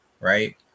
right